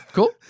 Cool